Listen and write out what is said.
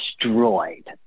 destroyed